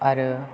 आरो